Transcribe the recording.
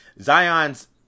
Zion's